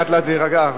לאט לאט זה יירגע.